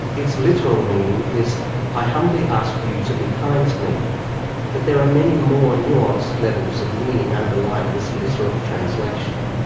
its literal meaning is i humbly ask you to be kind to me but there are many more nuanced levels of meaning underlying this literal translation.